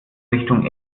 richtung